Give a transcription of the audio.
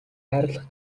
хайрлах